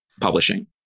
publishing